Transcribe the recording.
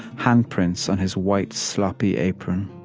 handprints on his white, sloppy apron.